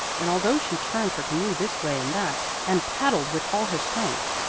and although she turned her canoe this way and that and paddled with all her strength,